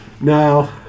No